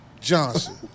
Johnson